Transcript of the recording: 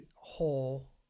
whole